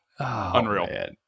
unreal